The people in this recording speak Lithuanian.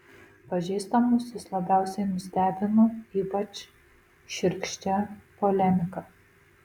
pažįstamus jis labiausiai nustebino ypač šiurkščia polemika